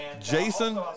Jason